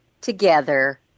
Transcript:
together